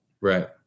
right